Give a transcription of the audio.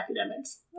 academics